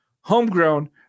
Homegrown